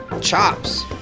Chops